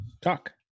Talk